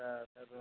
হ্যাঁ চাদর